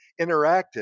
interacted